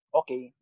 okay